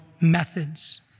methods